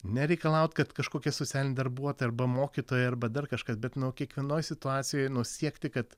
nereikalaut kad kažkokia socialinė darbuotoja arba mokytoja arba dar kažkas bet nu kiekvienoj situacijoj nu siekti kad